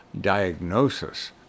diagnosis